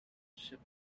shift